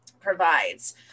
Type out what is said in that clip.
provides